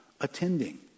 attending